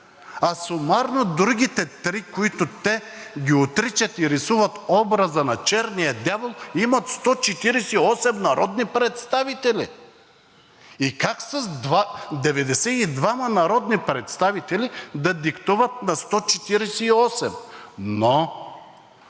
А сумарно другите три, които те ги отричат и рисуват образа на черния дявол, имат 148 народни представители. И как с 92 народни представители да диктуват на 148? Но